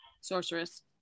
sorceress